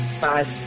Five